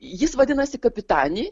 jis vadinasi kapitani